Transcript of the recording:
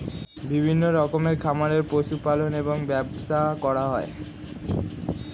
বিভিন্ন রকমের খামারে পশু পালন এবং ব্যবসা করা হয়